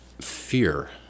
fear